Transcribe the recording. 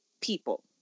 people